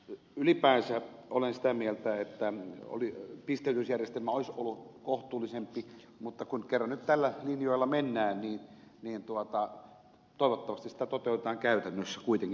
ylipäänsä olen sitä mieltä että pisteytysjärjestelmä olisi ollut kohtuullisempi mutta kun kerran nyt näillä linjoilla mennään niin toivottavasti sitä toteutetaan käytännössä kuitenkin tällä järjestelmällä